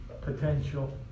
potential